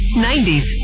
90s